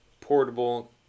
portable